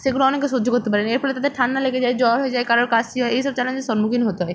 সেগুলো অনেকে সহ্য করতে পারে না এর ফলে তাদের ঠান্ডা লেগে যায় জ্বর হয়ে যায় কারো কাশি হয় এইসব চ্যালেঞ্জের সম্মুখীন হতে হয়